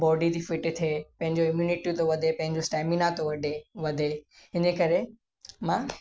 body थी fit थिए पंहिंजो इंयूनिटी थो वधे पंहिंजो स्टेमिना थो वढे वधे इने करे मां